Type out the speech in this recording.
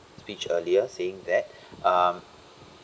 speech earlier saying that um